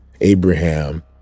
Abraham